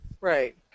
right